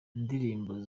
indirimbo